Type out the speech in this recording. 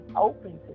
open